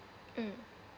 mm